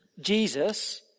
Jesus